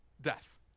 Death